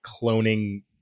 cloning